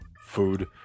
food